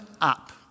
up